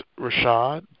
Rashad